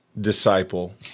disciple